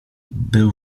był